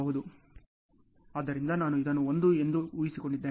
ಆದ್ದರಿಂದ ನಾನು ಇದನ್ನು 1 ಎಂದು ಉಳಿಸಿಕೊಂಡಿದ್ದೇನೆ